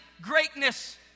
greatness